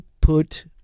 put